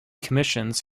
commissions